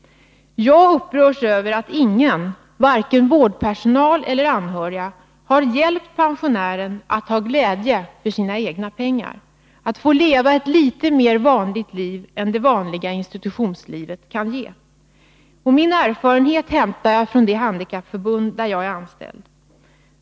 Jag upprörs över att ingen, varken vårdpersonal eller anhöriga, har hjälpt pensionären att ha glädje av sina egna pengar, att få leva ett litet mer vanligt liv än institutionslivet. Jag hämtar min erfarenhet från det handikappförbund där jag är anställd.